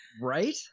Right